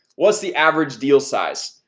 what's the average deal size?